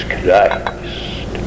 Christ